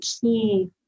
key